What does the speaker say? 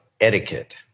etiquette